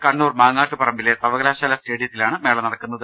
കണ്ണൂർ മാങ്ങാട്ടുപറമ്പിലെ സർവകലാശാല സ്റ്റേഡി യത്തിലാണ് മേള നടക്കുന്നത്